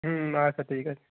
হুম আচ্ছা ঠিক আছে